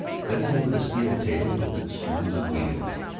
bending over the steel table with its screws and wheels,